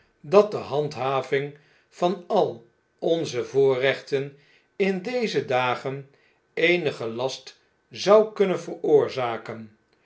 dat de handhaving van at onze voorrechten in deze dagen eenigen last zou kunnen veroorzaken